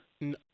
No